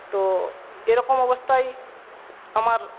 তো এরকম অবস্থায় আমার